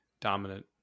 dominant